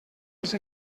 els